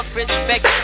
respect